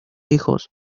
hijos